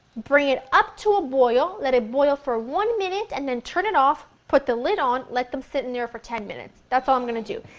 bring it up to a boil, let it boil for one minute and then turn it off, put the lid on, let them sit in there for ten minutes, that's all i'm going to do.